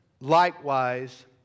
likewise